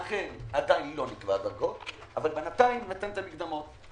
אכן עדיין לא נקבעו הדרגות אבל בינתיים נותנים את המקדמות.